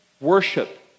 worship